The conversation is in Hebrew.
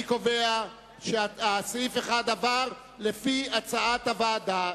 אני קובע שסעיף 1 עבר לפי הצעת הוועדה.